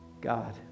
God